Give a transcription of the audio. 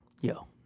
Yo